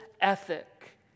ethic